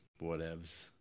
whatevs